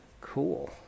cool